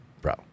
bro